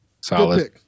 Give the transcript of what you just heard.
Solid